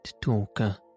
talker